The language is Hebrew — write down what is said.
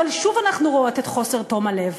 אבל שוב אנחנו רואות את חוסר תום הלב,